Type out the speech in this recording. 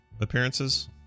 appearances